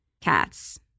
cats